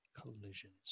Collisions